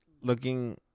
looking